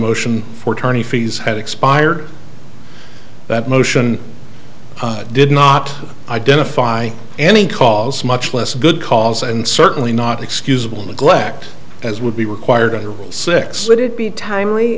motion for tourney fees had expired that motion did not identify any cause much less a good cause and certainly not excusable neglect as would be required under six would it be timely